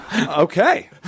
Okay